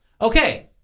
Okay